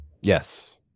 Yes